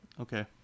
okay